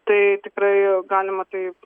tai tikrai galima taip